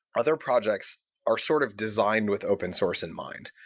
other projects are sort of designed with open-source in mind.